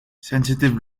sensitive